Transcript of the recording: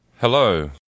hello